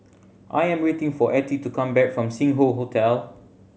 I am waiting for Ethie to come back from Sing Hoe Hotel